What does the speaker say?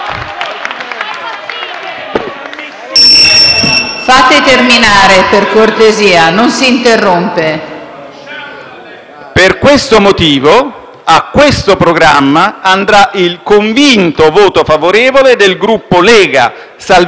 Per questo motivo, a questo programma, andrà il convinto voto favorevole del Gruppo Lega-Salvini Premier-Partito